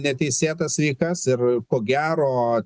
neteisėtas veikas ir ko gero